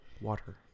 Water